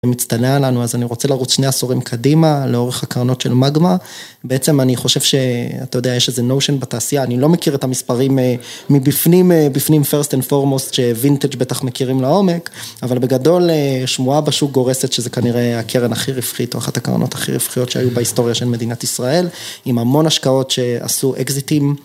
ומצטנע עלינו, אז אני רוצה לרוץ שני עשורים קדימה, לאורך הקרנות של מגמה. בעצם אני חושב שאתה יודע, יש איזה notion בתעשייה, אני לא מכיר את המספרים מבפנים first and foremost, שווינטג' בטח מכירים לעומק, אבל בגדול, שמועה בשוק גורסת, שזה כנראה הקרן הכי רווחית, או אחת הקרנות הכי רווחיות שהיו בהיסטוריה של מדינת ישראל, עם המון השקעות שעשו אקזיטים.